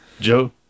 Joe